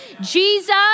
Jesus